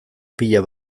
pila